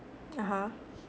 (uh huh)